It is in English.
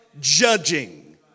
Judging